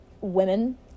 women